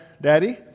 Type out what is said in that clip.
Daddy